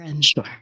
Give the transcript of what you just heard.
Sure